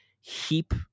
heap